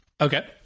Okay